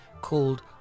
called